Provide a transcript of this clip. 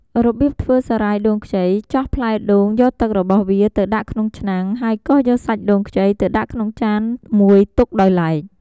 របៀបធ្វើសារាយដូងខ្ចីចោះផ្លែដូងយកទឹករបស់វាទៅដាក់ក្នុងឆ្នាំង ហើយកោសយកសាច់ដូងខ្ចីទៅដាក់ក្នុងចានមួយទុកដោយឡែក។